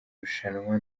rushanwa